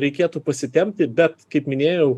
reikėtų pasitempti bet kaip minėjau